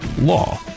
law